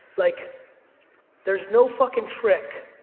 like there's no fuckin trick,